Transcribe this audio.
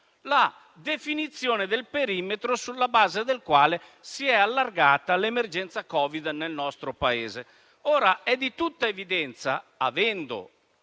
la definizione del perimetro sulla base del quale si è allargata l'emergenza Covid nel nostro Paese. Ora, è di tutta evidenza, avendo